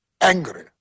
angry